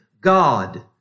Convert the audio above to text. God